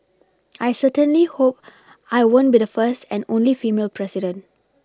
I certainly hope I won't be the first and only female president